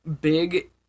big